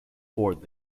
forward